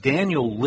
Daniel